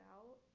Out